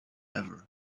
ever